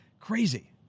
Crazy